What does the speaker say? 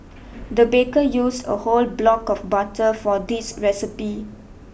the baker used a whole block of butter for this recipe